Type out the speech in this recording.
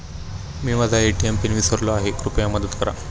मी माझा ATM pin विसरलो आहे, कृपया मदत करा